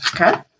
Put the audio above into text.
okay